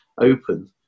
open